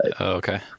okay